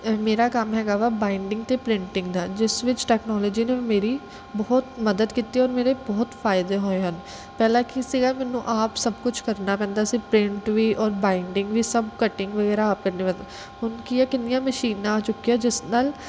ਮੇਰਾ ਕੰਮ ਹੈਗਾ ਵਾ ਬਾਇਡਿੰਗ ਅਤੇ ਪ੍ਰਿੰਟਿੰਗ ਦਾ ਜਿਸ ਵਿੱਚ ਟੈਕਨੋਲੋਜੀ ਨੇ ਮੇਰੀ ਬਹੁਤ ਮਦਦ ਕੀਤੀ ਔਰ ਮੇਰੇ ਬਹੁਤ ਫਾਇਦੇ ਹੋਏ ਹਨ ਪਹਿਲਾਂ ਕੀ ਸੀਗਾ ਮੈਨੂੰ ਆਪ ਸਭ ਕੁਛ ਕਰਨਾ ਪੈਂਦਾ ਸੀ ਪ੍ਰਿੰਟ ਵੀ ਔਰ ਬਾਇਡਿੰਗ ਵੀ ਸਭ ਕਟਿੰਗ ਵਗੈਰਾ ਆਪ ਕਰਨੀ ਪੈਂਦੀ ਹੁਣ ਕੀ ਹੈ ਕਿੰਨੀਆਂ ਮਸ਼ੀਨਾਂ ਆ ਚੁੱਕੀਆਂ ਜਿਸ ਨਾਲ